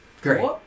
Great